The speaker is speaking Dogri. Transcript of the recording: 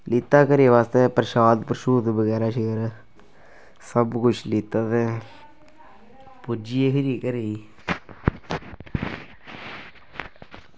लेता घरै बास्तै प्रसाद प्रशूद बगैरा शगैरा सब कुछ लेता ते पुज्जी गे फिरी घरै